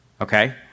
okay